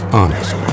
honest